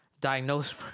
diagnosed